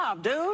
dude